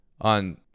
On